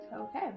okay